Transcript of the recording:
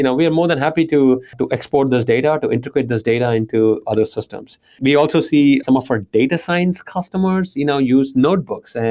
you know we're are more than happy to to explore this data, to integrate this data into other systems. we also see some of our data signs customers you know use notebooks, and